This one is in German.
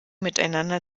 miteinander